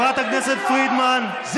הכנסת מלביצקי, קריאה שנייה.